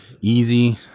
Easy